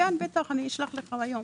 כן, בטח, אני אשלח לך היום.